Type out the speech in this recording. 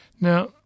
Now